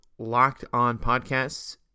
LockedOnPodcasts